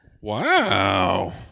wow